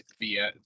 via